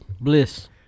Bliss